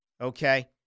okay